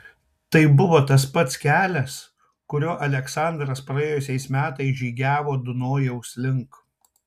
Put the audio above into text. tai buvo tas pats kelias kuriuo aleksandras praėjusiais metais žygiavo dunojaus link